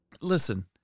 Listen